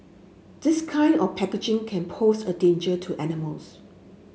this kind of packaging can pose a danger to animals